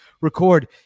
record